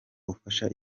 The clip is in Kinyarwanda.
ufasha